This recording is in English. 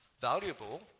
valuable